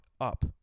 up